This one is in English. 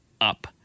Up